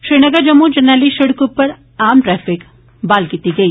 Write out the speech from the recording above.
श्रीनगर जम्मू जरनैली शिड़कै उप्पर आम ट्रैफिक ब्हाल कीती गेई